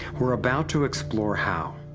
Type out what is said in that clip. we are about to explore how.